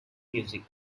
music